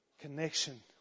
Connection